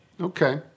Okay